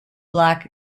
black